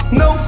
no